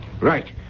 Right